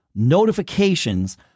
notifications